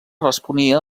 responia